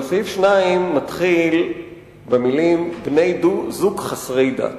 אבל סעיף 2 מתחיל במלים: בני-זוג חסרי דת.